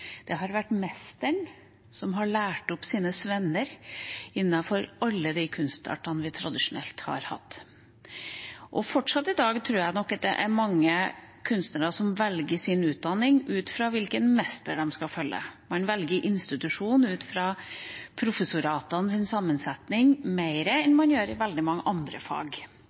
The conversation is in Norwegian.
Det har vært mesteren som har lært opp sine svenner innenfor alle de kunstartene vi tradisjonelt har hatt. Fortsatt tror jeg nok at det er mange kunstnere som i dag velger sin utdanning ut fra hvilken mester de skal følge. Man velger – mer enn i veldig mange andre fag – institusjon ut fra professoratenes sammensetning. Man kan velge å ta utdannelsen i